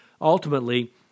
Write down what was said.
Ultimately